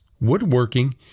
woodworking